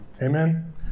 Amen